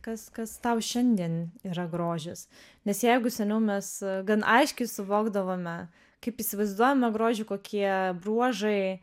kas kas tau šiandien yra grožis nes jeigu seniau mes gan aiškiai suvokdavome kaip įsivaizduojame grožį kokie bruožai